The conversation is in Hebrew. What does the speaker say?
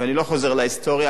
ואני לא חוזר להיסטוריה,